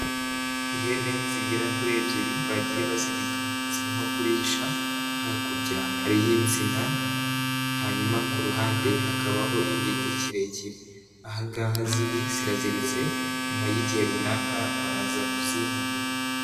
Ihene zigera kuri ebyiri bagiye bazirika zirimo kurisha, hakurya hariho insina hanyuma ku ruhande hakabaho igiti kirekire. Aha ngaha ziri ziraziritse nyuma y'igihe runaka baraza kuzimura.